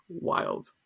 wild